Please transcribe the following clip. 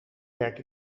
werk